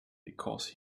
because